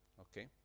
Okay